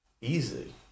easy